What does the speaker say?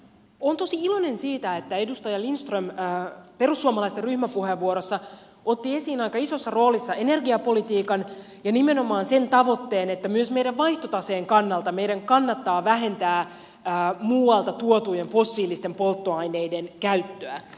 olen tosi iloinen siitä että edustaja lindström perussuomalaisten ryhmäpuheenvuorossa otti esiin aika isossa roolissa energiapolitiikan ja nimenomaan sen tavoitteen että myös meidän vaihtotaseemme kannalta meidän kannattaa vähentää muualta tuotujen fossiilisten polttoaineiden käyttöä